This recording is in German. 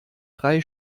drei